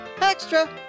Extra